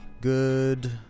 Good